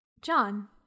John